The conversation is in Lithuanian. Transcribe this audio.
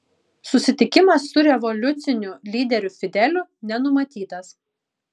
susitikimas su revoliuciniu lyderiu fideliu nenumatytas